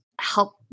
help